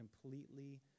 completely